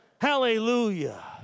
Hallelujah